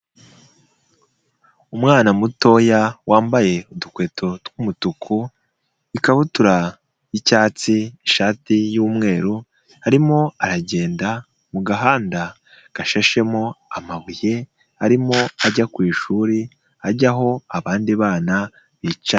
Umwana mutoya wambaye udukweto tw'umutuku ikabutura y'icyatsi, n'ishati y'umweru arimo aragenda mu gahanda gashashemo amabuye arimo ajya ku ishuri, ajya aho abandi bana bicaye.